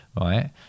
right